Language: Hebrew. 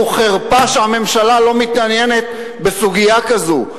זו חרפה שהממשלה לא מתעניינת בסוגיה כזו.